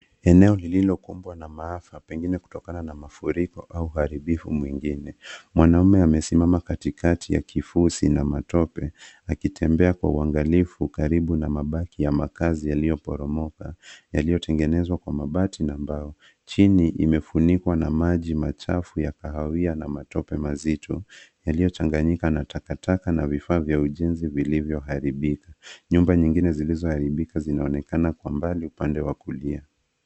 Eneo lililokumbwa na maafa pengine kutokana na mafuriko au uharibifu mwingine. Mwanamume amesimama katikati ya kifusi na matope akitembea kwa uangalifu karibu na mabaki ya makazi yaliyoporomoka yaliyotengenezwa kwa mabati na mbao. Chini imefunikwa na maji machafu ya kahawia na matope mazito yaliyochanganyika na takataka na vifaa vya ujenzi vilivyoharibika. Nyumba nyingine zilizoharibika zinaonekana kwa mbali upande wa kulia.